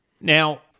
now